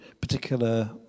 particular